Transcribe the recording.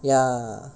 ya